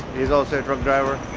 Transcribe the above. he's also a truck driver,